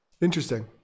Interesting